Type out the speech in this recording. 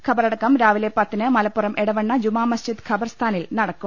ഖബറടക്കം രാവിലെ പത്തിന് മല പ്പുറം എടവണ്ണ ജുമാ മസ്ജിദ് ഖബർസ്ഥാനിൽ നടക്കും